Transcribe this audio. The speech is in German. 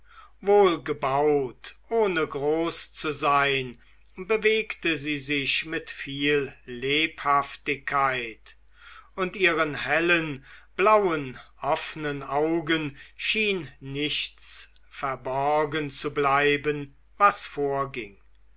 wohlgebaut ohne groß zu sein bewegte sie sich mit viel lebhaftigkeit und ihren hellen blauen offnen augen schien nichts verborgen zu bleiben was vorging